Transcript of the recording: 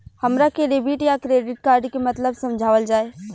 हमरा के डेबिट या क्रेडिट कार्ड के मतलब समझावल जाय?